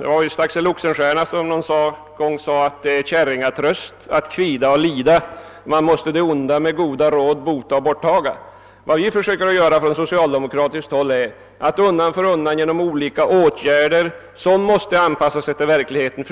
Det var visst Gustav II Adolf som sade: »Det är käringatröst, kvida och lida; man måste det onda genom goda råd bota och borttaga.« Vad vi försöker att göra från socialdemokratiskt håll är att undan för undan genomföra olika åtgärder, som måste anpassas efter verkligheten,